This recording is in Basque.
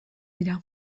dira